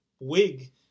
wig